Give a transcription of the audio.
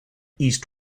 east